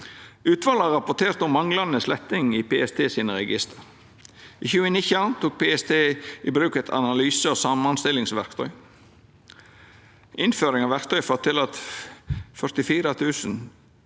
Utvalet har rapportert om manglande sletting i PST sine register. I 2019 tok PST i bruk eit analyse- og samanstillingsverktøy. Innføringa av verktøyet førte til at 44 893